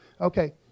okay